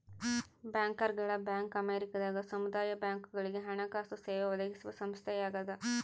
ಬ್ಯಾಂಕರ್ಗಳ ಬ್ಯಾಂಕ್ ಅಮೇರಿಕದಾಗ ಸಮುದಾಯ ಬ್ಯಾಂಕ್ಗಳುಗೆ ಹಣಕಾಸು ಸೇವೆ ಒದಗಿಸುವ ಸಂಸ್ಥೆಯಾಗದ